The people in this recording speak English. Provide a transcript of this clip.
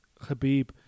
Khabib